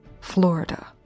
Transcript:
Florida